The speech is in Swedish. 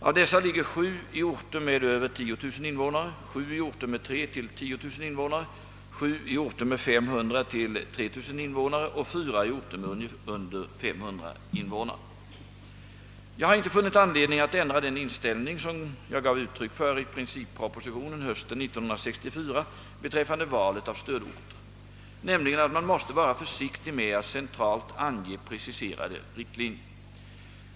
Av dessa ligger sju i orter Jag har inte funnit anledning att ändra den inställning jag gav uttryck för i princippropositionen hösten 1964 beträffande valet av stödorter, nämligen att man måste vara försiktig med att centralt ange preciserade riktlinjer.